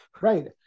right